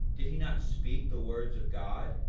did he not speak the words of god,